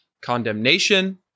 Condemnation